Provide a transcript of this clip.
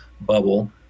bubble